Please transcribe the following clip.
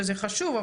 שזה חשוב,